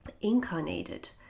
incarnated